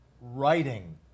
writing